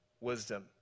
wisdom